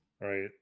right